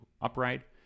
upright